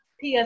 PS